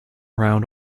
round